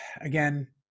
again